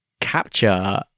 capture